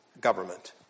government